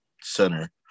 center